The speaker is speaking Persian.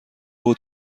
بود